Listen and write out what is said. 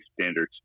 standards